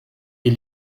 est